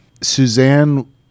Suzanne